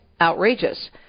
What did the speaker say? outrageous